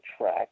track